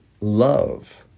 love